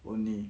only